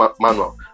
manual